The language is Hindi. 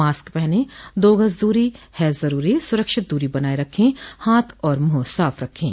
मास्क पहनें दो गज़ दूरी है ज़रूरी सुरक्षित दूरी बनाए रखें हाथ और मुंह साफ़ रखें